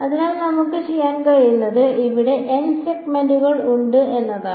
അതിനാൽ നമുക്ക് ചെയ്യാൻ കഴിയുന്നത് ഇവിടെ n സെഗ്മെന്റുകൾ ഉണ്ട് എന്നതാണ്